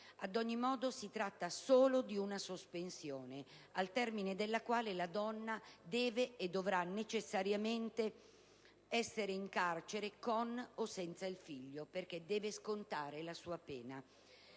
Ad ogni modo, si tratta solo di una sospensione, al termine della quale la donna deve e dovrà necessariamente essere in carcere con o senza il figlio, perché deve scontare la sua pena.